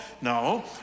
No